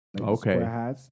Okay